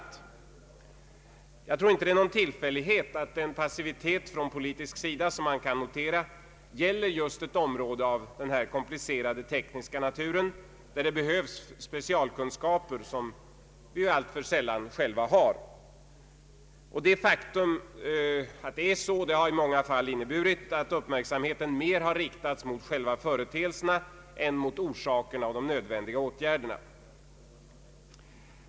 Det är tyvärr knappast någon tillfällighet att den passivitet från politisk sida som man här kunnat notera gäller just ett område av komplicerad teknisk natur, där det behövs specialkunskaper som vi politiker alltför sällan själva har. Detta faktum har i många fall inneburit, att uppmärksamheten mer har riktats mot själva företeelserna än mot orsakerna och de nödvändiga åtgärderna.